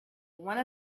one